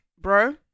bro